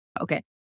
Okay